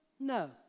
No